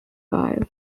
five